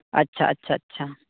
ᱟᱪᱪᱷᱟ ᱟᱪᱪᱷᱟ ᱟᱪᱪᱷᱟ